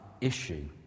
issue